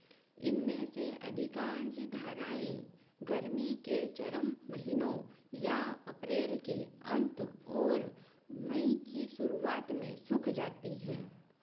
इनमें से अधिकांश धाराएँ गर्मी के चरम महीनों या अप्रैल के अंत और मई की शुरुआत में सूख जाती हैं